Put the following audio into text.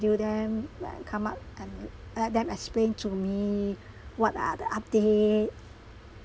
schedule them like come out and let them explain to me what are the update